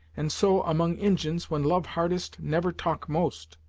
and so, among injins, when love hardest never talk most.